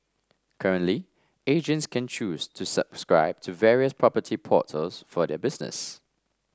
currently agents can choose to subscribe to various property portals for their business